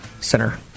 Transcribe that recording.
Center